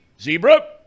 Zebra